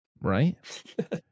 right